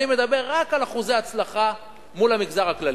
אני מדבר רק על אחוזי הצלחה מול המגזר הכללי,